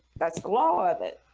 that's the law of it